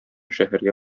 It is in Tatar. шәһәргә